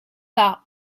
par